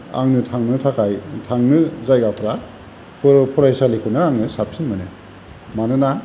आङो थांनो थाखाय थांनो जायगाफ्रा फरायसालिखौनो आङो साबसिन मोनो मानोना